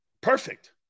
perfect